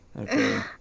Okay